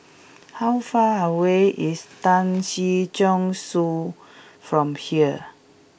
how far away is Tan Si Chong Su from here